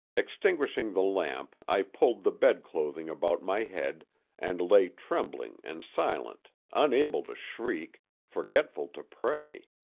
extinguishing the lamp i pulled the bed-clothing about my head and lay trembling and silent, unable to shriek, forgetful to pray.